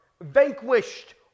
vanquished